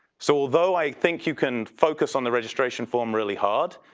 so although i think you can focus on the registration form really hard.